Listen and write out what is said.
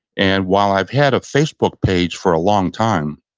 and while i've had a facebook page for a long time